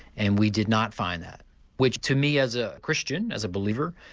and we did not find that which to me as a christian, as a believer,